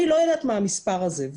אני לא יודעת מה המספר הזה,